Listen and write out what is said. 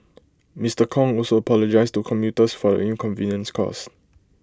Mister Kong also apologised to commuters for the inconvenience caused